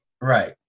Right